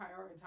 prioritize